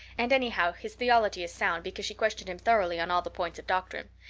and anyhow his theology is sound because she questioned him thoroughly on all the points of doctrine.